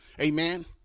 Amen